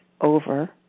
over